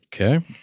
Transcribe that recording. Okay